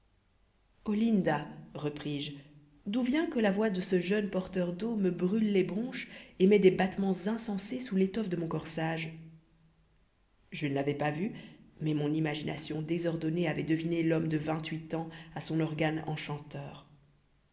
olinda repris-je d'où vient que la voix de ce jeune porteur d'eau me brûle les bronches et met des battements insensés sous l'étoffe de mon corsage je ne l'avais pas vu mais mon imagination désordonnée avait deviné l'homme de vingt-huit ans à son organe enchanteur